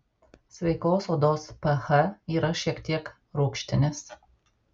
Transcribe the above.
sveikos odos ph yra šiek tiek rūgštinis